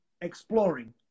exploring